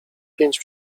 pięć